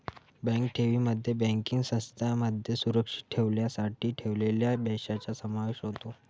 bank ठेवींमध्ये banking संस्थांमध्ये सुरक्षित ठेवण्यासाठी ठेवलेल्या पैशांचा समावेश होतो